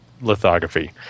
lithography